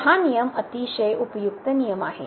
तर हा नियम अतिशय उपयुक्त नियम आहे